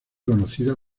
conocida